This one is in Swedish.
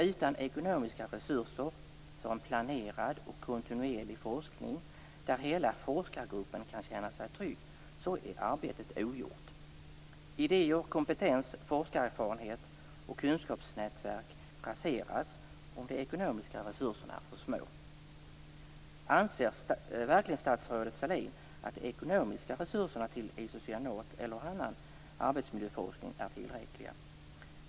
Utan ekonomiska resurser för en planerad och kontinuerlig forskning där hela forskargruppen kan känna sig trygg är arbetet ogjort. Idéer, kompetens, forskarerfarenheter och kunskapsnätverk raseras om de ekonomiska resurserna är för små. Anser verkligen statsrådet Sahlin att de ekonomiska resurserna till forskning om isocyanat och annan arbetsmiljöforskning är tillräckliga?